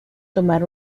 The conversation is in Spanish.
tomar